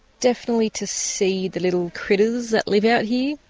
definitely to see the little critters that live out here.